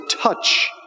touch